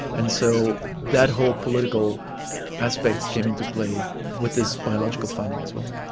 and so that whole political aspect came into play with this biological finding as well.